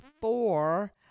four